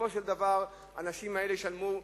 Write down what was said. בסופו של דבר האנשים האלה ישלמו,